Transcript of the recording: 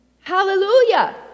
Hallelujah